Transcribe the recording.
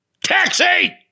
Taxi